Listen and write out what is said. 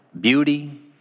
beauty